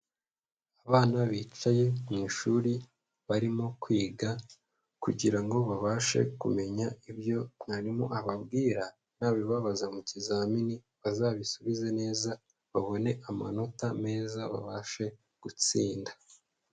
Abana bicaye mu ishuri barimo kwiga kugira ngo babashe kumenya ibyo mwarimu ababwira, nabibabaza mu kimini bazabisubize neza babone amanota meza babashe gutsinda.